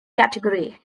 category